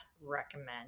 recommend